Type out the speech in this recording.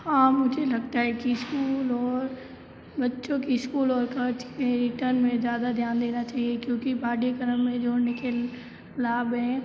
हाँ मुझे लगता है कि इस्कूल और बच्चों की इस्कूल और क़र्ज़ के रिटर्न में ज़्यादा ध्यान देना चाहिए क्योंकि पाठ्यक्रम में जो उनके लाभ हैं